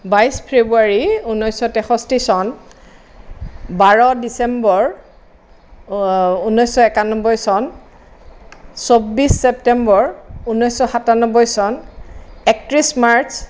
বাইছ ফেব্ৰুৱাৰী ঊনৈছশ তেষষ্টি চন বাৰ ডিচেম্বৰ ঊনৈছশ একান্নব্বৈ চন চৌবিছ চেপ্তেম্বৰ ঊনৈছশ সাতান্নব্বৈ চন একত্ৰিছ মাৰ্চ